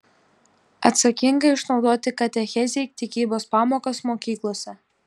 atsakingai išnaudoti katechezei tikybos pamokas mokyklose